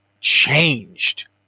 changed